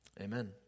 Amen